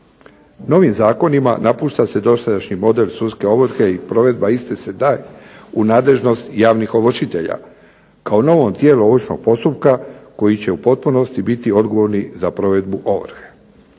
Novim zakonima napušta se dosadašnji model sudske ovrhe i provedba iste se daje u nadležnost javnih ovršitelja kao novom tijelo ovršnog postupka koji će u potpunosti biti odgovorni za provedbu ovrhe.